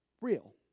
real